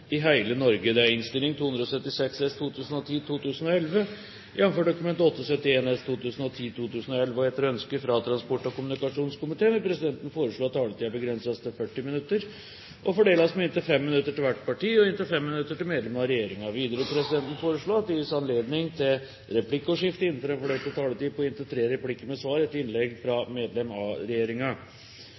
det heile, eller å få eit prosjekt raskare fram i ein kø. Slik er det òg med dette prosjektet. Flere har ikke bedt om ordet til sak nr. 7 Etter ønske fra transport- og kommunikasjonskomiteen vil presidenten foreslå at taletiden begrenses til 40 minutter og fordeles med inntil 5 minutter til hvert parti og inntil 5 minutter til medlem av regjeringen. Presidenten vil videre foreslå at det gis anledning til replikkordskifte på inntil tre replikker med svar etter innlegg fra medlem av